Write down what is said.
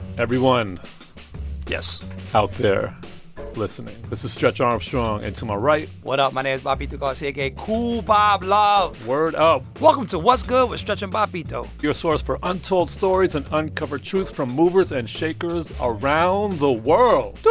everyone yes out there listening, this is stretch armstrong. and to my right. what up? my name is bobbito garcia, aka kool bob love word up welcome to what's good with stretch and bobbito your source for untold stories and uncovered truth from movers and shakers around the world so